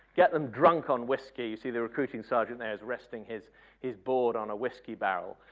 get them drunk on whiskey, see the recruiting sergeant as resting his his board on a whiskey barrel.